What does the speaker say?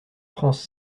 france